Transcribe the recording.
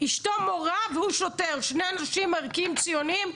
אשתו מורה והוא שוטר, שני אנשים ערכיים, ציוניים.